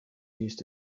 used